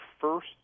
first